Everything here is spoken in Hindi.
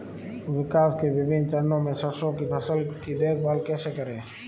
विकास के विभिन्न चरणों में सरसों की फसल की देखभाल कैसे करें?